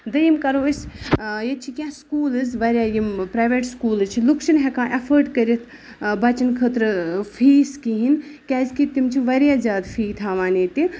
دوٚیُم کرو أسۍ ییٚتہِ چھِ کیٚنٛہہ سکوٗلٕز واریاہ یِم پراویٹ سکوٗلٕز چھِ لُکھ چھِنہٕ ہیٚکان ایفٲڈ کٔرِتھ بَچن خٲطرٕ فیس کِہینۍ کیازِ کہِ تِم چھِ واریاہ زیادٕ فِی تھاوان ییٚتہِ